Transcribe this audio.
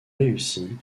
réussi